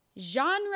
genre